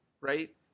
right